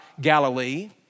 Galilee